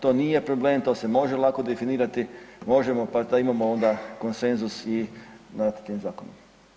To nije problem to se može lako definirati, možemo pa da imamo onda konsenzus i nad tim zakonom.